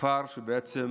כפר שבעצם